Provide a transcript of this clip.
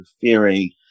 interfering